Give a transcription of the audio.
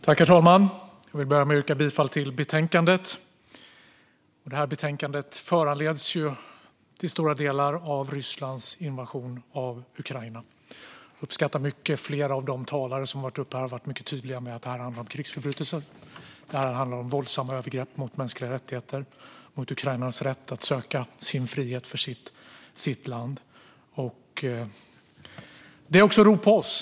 Herr talman! Jag vill börja med att yrka bifall till utskottets förslag i betänkandet. Det här betänkandet föranleds till stora delar av Rysslands invasion av Ukraina. Jag uppskattar mycket att flera talare har varit mycket tydliga med att det handlar om krigsförbrytelser och om våldsamma övergrepp mot mänskliga rättigheter och mot Ukrainas rätt som land att försvara sin frihet.